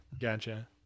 Gotcha